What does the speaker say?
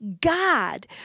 God